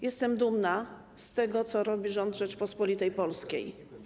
Jestem dumna z tego, co robi rząd Rzeczypospolitej Polskiej.